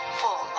full